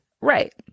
right